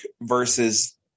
versus